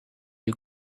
you